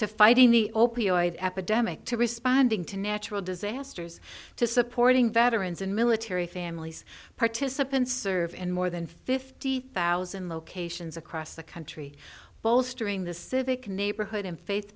to fighting the opioid epidemic to responding to natural disasters to supporting veterans and military families participants serve in more than fifty thousand locations across the country bolstering the civic neighborhood and faith